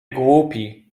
głupi